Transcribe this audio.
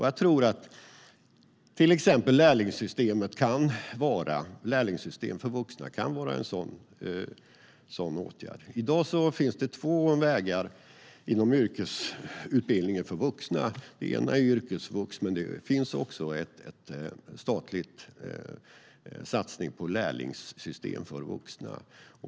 Jag tror att till exempel lärlingssystem för vuxna kan vara en sådan åtgärd. I dag finns det två vägar inom yrkesutbildningen för vuxna. Den ena är yrkesvux, men det finns också en statlig satsning på lärlingssystem för vuxna.